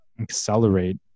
accelerate